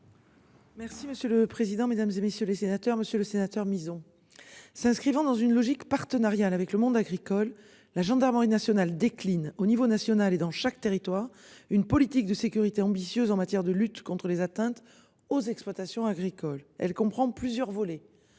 Merci monsieur le président, Mesdames, et messieurs les sénateurs, Monsieur le Sénateur Mison. S'inscrivant dans une logique. Partenariat avec le monde agricole, la gendarmerie nationale décline au niveau national et dans chaque territoire une politique de sécurité ambitieuse en matière de lutte contre les atteintes aux exploitations agricoles, elle comprend plusieurs volets,